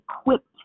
equipped